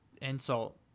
insult